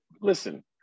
listen